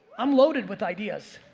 i'm loaded with ideas.